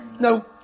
No